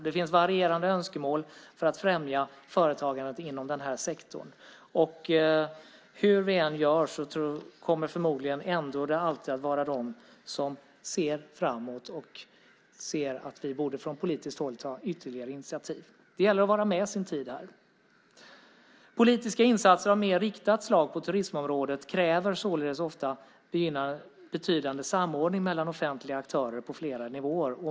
Det finns varierande önskemål för att främja företagandet inom den här sektorn. Hur vi än gör kommer det förmodligen alltid att finnas de som ser framåt och ser att vi från politiskt håll borde ta ytterligare initiativ. Det gäller att vara med sin tid här. Politiska insatser av mer riktat slag på turismområdet kräver således ofta betydande samordning mellan offentliga aktörer på flera nivåer.